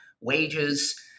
wages